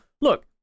look